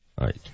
right